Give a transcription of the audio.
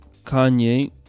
kanye